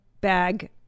bag